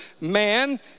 man